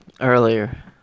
Earlier